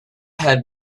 head